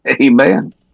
Amen